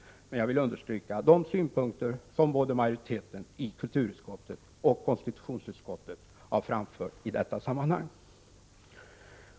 Jag vill understryka de synpunkter som majoriteten i både kulturutskottet och konstitutionsutskottet har framfört i detta sammanhang.